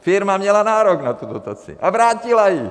Firma měla nárok na tu dotaci a vrátila ji.